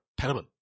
terrible